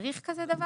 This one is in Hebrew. צריך דבר כזה?